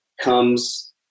comes